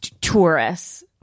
Tourists